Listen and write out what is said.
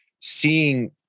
seeing